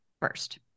first